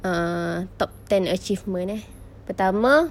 err top ten achievement eh pertama